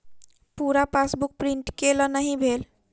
पूरा passbook print केल नहि भेल